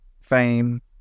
fame